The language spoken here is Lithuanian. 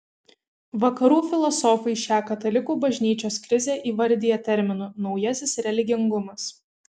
vakarų filosofai šią katalikų bažnyčios krizę įvardija terminu naujasis religingumas